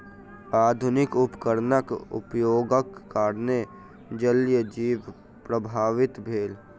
आधुनिक उपकरणक उपयोगक कारणेँ जलीय जीवन प्रभावित भेल